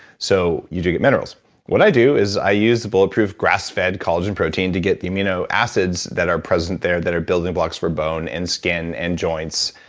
so you do get minerals what i do is i use the bulletproof grass fed collagen protein, to get the amino acids that are present there, that are building blocks for bone, and skin, and joints.